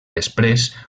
després